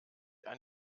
ein